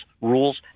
rules